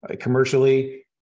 commercially